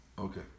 Okay